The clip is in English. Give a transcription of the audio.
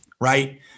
right